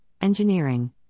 engineering